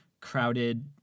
crowded